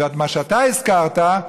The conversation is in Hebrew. ומה שאתה הזכרת,